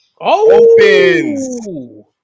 opens